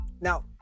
now